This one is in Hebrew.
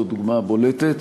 זו דוגמה בולטת.